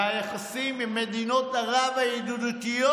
והיחסים עם מדינות ערב הידידותיות,